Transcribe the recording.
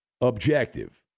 objective